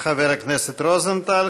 חבר הכנסת רוזנטל.